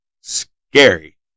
scary